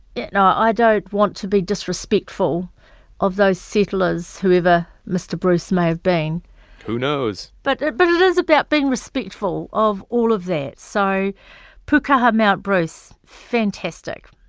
no, i don't want to be disrespectful of those settlers, whoever mr. bruce may have been who knows? but it but it is about being respectful of all of that. so pukaha mount bruce fantastic.